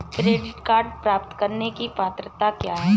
Credit card प्राप्त करने की पात्रता क्या है?